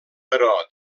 però